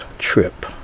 trip